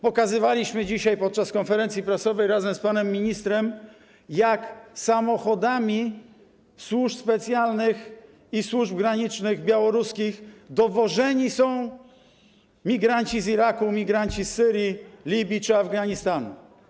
Pokazywaliśmy dzisiaj podczas konferencji prasowej razem z panem ministrem, jak samochodami służb specjalnych i białoruskich służb granicznych dowożeni są migranci z Iraku, migranci z Syrii, Libii czy Afganistanu.